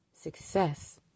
success